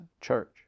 church